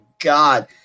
God